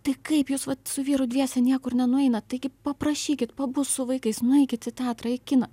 tai kaip jūs vat su vyru dviese niekur nenueinat taigi paprašykit pabus su vaikais nueikit į teatrą į kiną